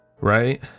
right